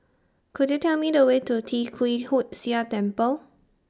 Could YOU Tell Me The Way to Tee Kwee Hood Sia Temple